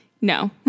No